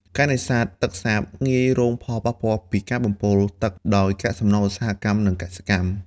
ការនេសាទទឹកសាបងាយរងផលប៉ះពាល់ពីការបំពុលទឹកដោយកាកសំណល់ឧស្សាហកម្ម និងកសិកម្ម។